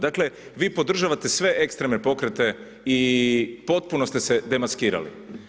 Dakle, vi podržavate sve ekstremne pokrete i potpuno ste se demaskirali.